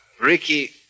Ricky